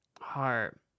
Heart